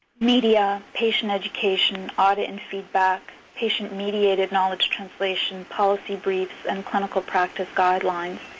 media, patient education, audit and feedback, patient mediated knowledge translation, policy briefs and clinical practice guidelines.